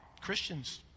Christians